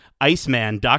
Iceman